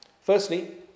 Firstly